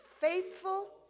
faithful